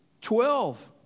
Twelve